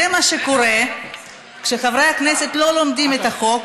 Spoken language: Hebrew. זה מה שקורה כשחברי הכנסת לא לומדים את החוק,